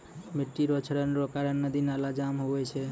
मिट्टी रो क्षरण रो कारण नदी नाला जाम हुवै छै